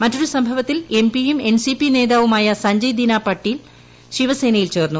മറ്റൊരു സംഭവത്തിൽ എം പിയും എൻ സി പി നേതാവുമായ സഞ്ജയ് ദിന പാട്ടീൽ ശിവസേനയിൽ ചേർന്നു